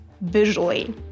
visually